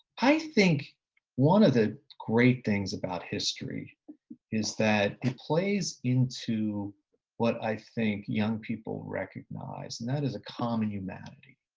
i think one of the great things about history is that it plays into what i think young people recognize. and that is a common humanity.